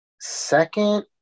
Second